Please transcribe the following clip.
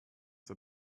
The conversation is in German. zur